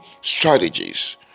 strategies